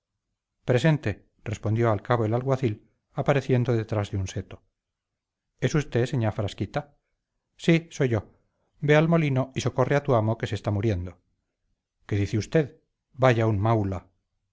presente respondió al cabo el alguacil apareciendo detrás de un seto es usted señá frasquita sí yo soy ve al molino y socorre a tu amo que se está muriendo qué dice usted